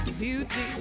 beauty